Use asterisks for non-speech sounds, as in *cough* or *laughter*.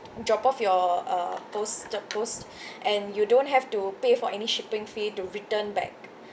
drop off your uh post the post *breath* and you don't have to pay for any shipping fee to return back